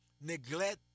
neglect